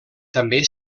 també